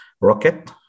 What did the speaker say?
rocket